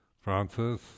Francis